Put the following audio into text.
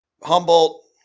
humboldt